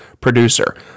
producer